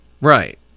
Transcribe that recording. Right